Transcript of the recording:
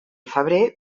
febrer